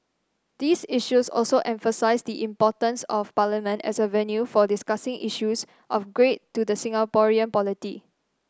these issues also emphasise the importance of Parliament as a venue for discussing issues of great to the Singaporean polity